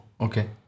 okay